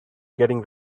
getting